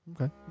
Okay